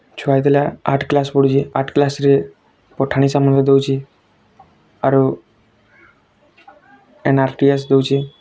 ଛୁଆ ଯେତେବେଲେ ଆଠ୍ କ୍ଲାସ୍ ପଢୁଛେ ଆଠ୍ କ୍ଲାସ୍ ରେ ପଠାଣି ସାମନ୍ତ ଦେଉଛେ ଆରୁ ଏନ୍ ଆର୍ ଟି ଏସ୍ ଦେଉଛେ